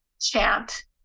chant